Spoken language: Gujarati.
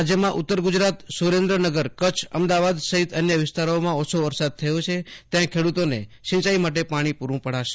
રાજયમાં ઉત્તર ગુજરાત સુરેન્દ્રનગરઅમદાવાદ સહિત અન્ય વિસ્તારોમાં ઓછો વરસાદ થયો છે ત્યાં ખેડૂતોને સિંચાઇ માટે પાણી પુરુ પડાશે